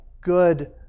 good